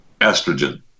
estrogen